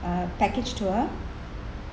uh package tour